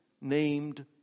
named